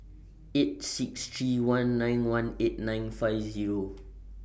eight six three one nine one eight nine five Zero